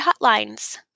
hotlines